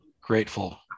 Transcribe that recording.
grateful